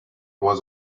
was